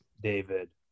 David